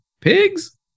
pigs